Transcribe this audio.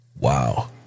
Wow